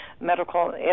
medical